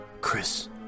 Chris